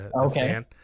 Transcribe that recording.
okay